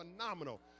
Phenomenal